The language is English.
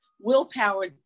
willpower